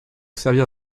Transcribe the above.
servir